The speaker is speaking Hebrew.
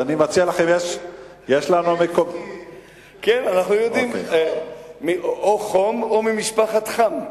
אני מציע לכם, יש לנו, או חום או ממשפחת חם.